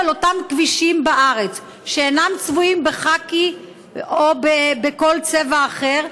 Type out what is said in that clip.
על אותם כבישים בארץ שאינם צבועים בחאקי או בכל צבע אחר,